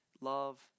love